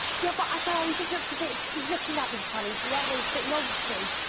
yeah, but i thought he just looks a bit. he's looking at me funny she's always bit nod see